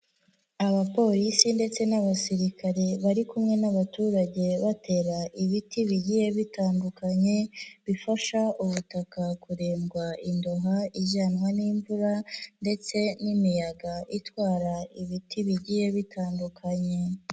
Abapolisi ndetse n'abasirikare bari kumwe n'abaturage batera ibiti bigiye bitandukanye. Bifasha ubutaka kurindwa indoha ijyanwa n'imvura ndetse n'imiyaga itwara ibiti bigiye bitandukanye.